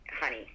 honey